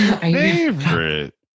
Favorite